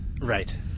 Right